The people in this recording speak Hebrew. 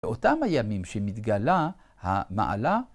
באותם הימים שמתגלה המעלה,